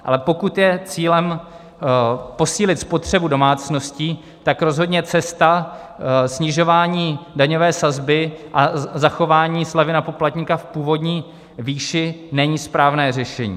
Ale pokud je cílem posílit spotřebu domácností, tak rozhodně cesta snižování daňové sazby a zachování slevy na poplatníka v původní výši není správné řešení.